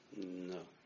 No